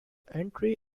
entry